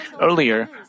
Earlier